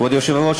כבוד היושב-ראש,